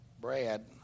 Brad